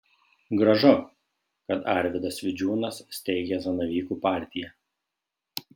gražu kad arvydas vidžiūnas steigia zanavykų partiją